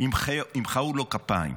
ימחאו לו כפיים.